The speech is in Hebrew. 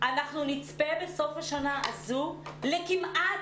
אנחנו נצפה בסוף השנה הזו לכמעט,